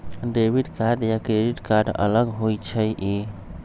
Debit card या credit card अलग होईछ ई?